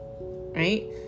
right